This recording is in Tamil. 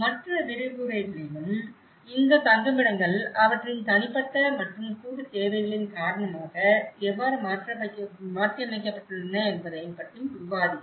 மற்ற விரிவுரைகளிலும் இந்த தங்குமிடங்கள் அவற்றின் தனிப்பட்ட மற்றும் கூட்டுத் தேவைகளின் காரணமாக எவ்வாறு மாற்றியமைக்கப்பட்டுள்ளன என்பதைப் பற்றி விவாதித்தோம்